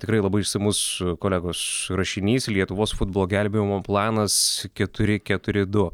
tikrai labai išsamus kolegos rašinys lietuvos futbolo gelbėjimo planas keturi keturi du